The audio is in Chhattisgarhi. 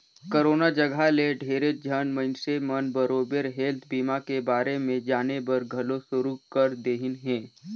करोना जघा ले ढेरेच झन मइनसे मन बरोबर हेल्थ बीमा के बारे मे जानेबर घलो शुरू कर देहिन हें